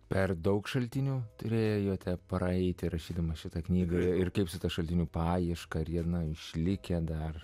per daug šaltinių turėjote praeiti rašydamas šitą knygą ir kaip su ta šaltinių paieška ir yra išlikę dar